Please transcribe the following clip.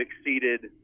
exceeded